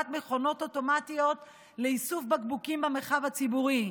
מכונות אוטומטיות לאיסוף בקבוקים במרחב הציבורי.